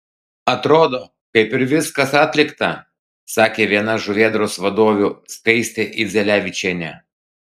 atrodo kaip ir viskas atlikta sakė viena žuvėdros vadovių skaistė idzelevičienė